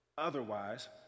Otherwise